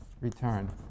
return